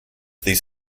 these